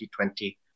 2020